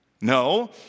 No